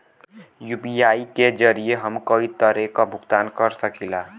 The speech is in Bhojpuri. यू.पी.आई के जरिये हम कई तरे क भुगतान कर सकीला